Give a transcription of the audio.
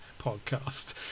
Podcast